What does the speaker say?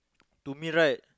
to me right